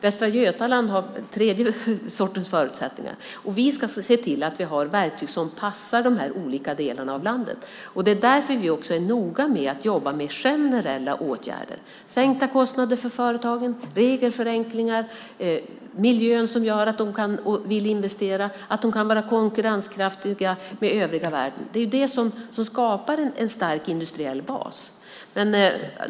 Västra Götaland har ytterligare andra förutsättningar. Vi ska se till att vi har verktyg som passar de olika delarna av landet. Därför är vi noga med att jobba med generella åtgärder som sänkta kostnader för företagen, regelförenklingar, en miljö som gör att de vill investera och kan vara konkurrenskraftiga med övriga världen. Det är det som skapar en stark industriell bas.